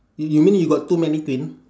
you you mean you got two mannequin